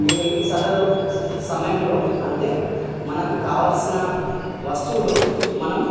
ఈ సదరు సమయంలో అంటే మనకు కావాల్సిన వస్తువులు మనం